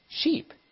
Sheep